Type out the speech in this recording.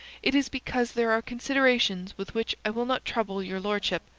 it is because there are considerations with which i will not trouble your lordship.